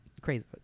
crazy